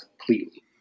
completely